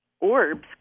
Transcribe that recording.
Orbs